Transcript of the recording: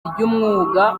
ry’umwuga